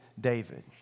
David